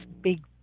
big